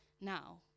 now